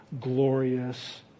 glorious